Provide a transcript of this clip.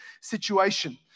situation